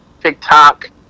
TikTok